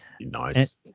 Nice